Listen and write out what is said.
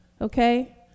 Okay